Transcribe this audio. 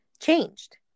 changed